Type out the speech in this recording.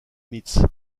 mitz